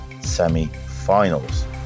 semi-finals